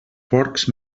porcs